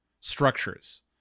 structures